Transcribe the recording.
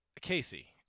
Casey